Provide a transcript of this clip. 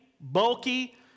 bulky